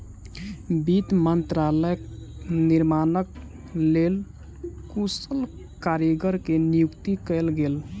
वित्त मंत्रालयक निर्माणक लेल कुशल कारीगर के नियुक्ति कयल गेल